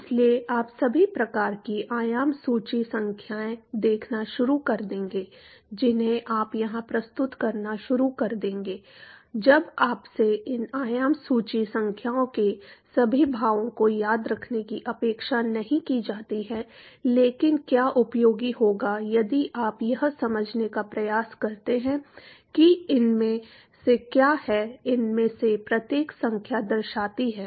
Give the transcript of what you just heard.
इसलिए आप सभी प्रकार की आयाम सूची संख्याएँ देखना शुरू कर देंगे जिन्हें आप यहाँ प्रस्तुत करना शुरू कर देंगे जब आपसे इन आयाम सूची संख्याओं के सभी भावों को याद रखने की अपेक्षा नहीं की जाती है लेकिन क्या उपयोगी होगा यदि आप यह समझने का प्रयास करते हैं कि इनमें से क्या है इनमें से प्रत्येक संख्या दर्शाती है